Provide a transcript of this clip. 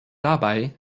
dabei